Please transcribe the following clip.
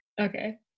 Okay